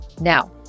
Now